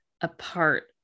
apart